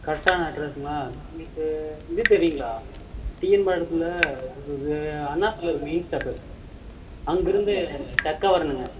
கரெட்டான அட்ரஸுங்களா உங்களுக்கு இது தெரியுங்களா டிஎன் பாளையத்தில் இது அண்ணா சில இருக்கு மெயின் ஸ்டாப்பு அங்கேருந்து தைக்க வரணுங்க